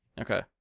Okay